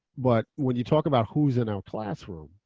but when you talk about who's in our classroom,